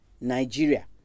Nigeria